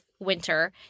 Winter